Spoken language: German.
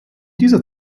dieser